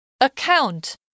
Account